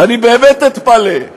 אני באמת אתפלא.